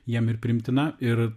jiem ir priimtina ir